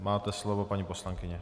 Máte slovo, paní poslankyně.